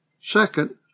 Second